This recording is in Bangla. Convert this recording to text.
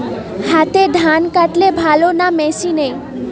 হাতে ধান কাটলে ভালো না মেশিনে?